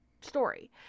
story